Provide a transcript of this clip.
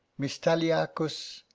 mystialicus.